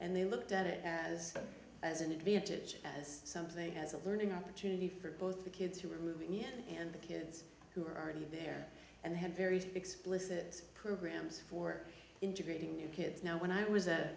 and they looked at it as a as an advantage as something as a learning opportunity for both the kids who were moving in and the kids who were already there and they had very explicit programs for integrating new kids now when i was